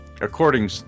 according